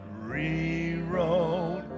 rewrote